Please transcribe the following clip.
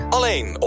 Alleen